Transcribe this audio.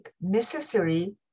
necessary